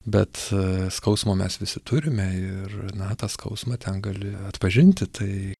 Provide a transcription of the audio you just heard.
bet skausmo mes visi turime ir na tą skausmą ten gali atpažinti tai